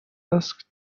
asked